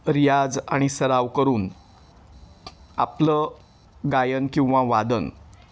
रियाज आणि सराव करून आपलं गायन किंवा वादन